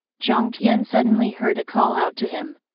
jiang tian suddenly heard a call out to him.